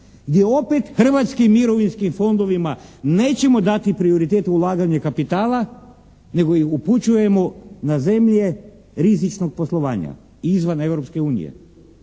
gdje opet hrvatskim mirovinskim fondovima nećemo dati prioritet ulaganje kapitala nego ih upućujemo na zemlje rizičnog poslovanja izvan